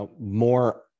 more